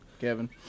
Kevin